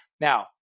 Now